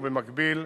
ובמקביל,